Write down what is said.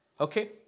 Okay